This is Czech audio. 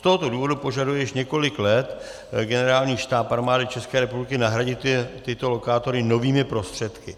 Z tohoto důvodu požaduje již několik let Generální štáb Armády České republiky nahradit tyto lokátory novými prostředky.